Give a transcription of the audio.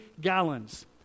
gallons